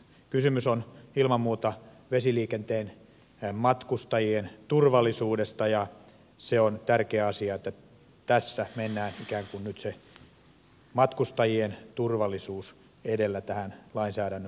kysymys on ilman muuta vesiliikenteen matkustajien turvallisuudesta ja on tärkeä asia että tässä mennään nyt ikään kuin matkustajien turvallisuus edellä tähän lainsäädännön muutokseen